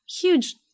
huge